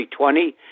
2020